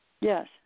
Yes